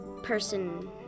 person